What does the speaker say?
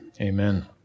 Amen